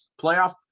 playoff